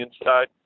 inside